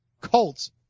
Colts